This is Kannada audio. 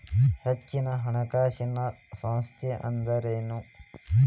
ಹೆಚ್ಚಿನ ಹಣಕಾಸಿನ ಸಂಸ್ಥಾ ಅಂದ್ರೇನು?